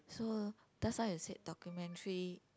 so that's why I said documentary